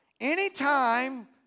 Anytime